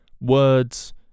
words